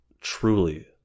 truly